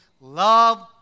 love